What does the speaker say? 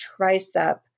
tricep